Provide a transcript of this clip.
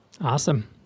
Awesome